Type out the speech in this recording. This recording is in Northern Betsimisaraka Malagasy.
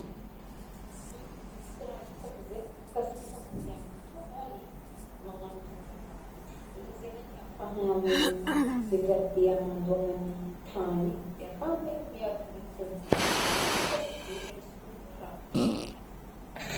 Misy raha hitako zey hoe mahakasiky famboleagna tô hôgny, magnagno voly rakotro, igny zegnagny ahafahagna migarder hamandoagnagn'ny tany io de ahafahantegna miaro volintegna koa de hitako hoe efficace be le resaky voly rakotro.